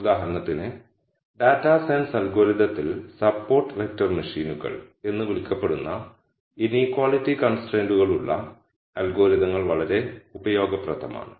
ഉദാഹരണത്തിന് data science അൽഗോരിതത്തിൽ support vector മെഷീനുകൾ എന്നു വിളിക്കപ്പെടുന്ന ഇനീക്വാളിറ്റി കൺസ്ട്രൈന്റുകളുള്ള അൽഗോരിതങ്ങൾ വളരെ ഉപയോഗപ്രദമാണ്